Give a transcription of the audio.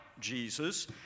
Jesus